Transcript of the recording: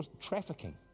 trafficking